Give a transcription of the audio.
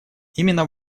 именно